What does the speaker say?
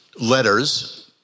letters